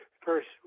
First